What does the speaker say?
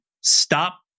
stop